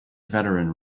veteran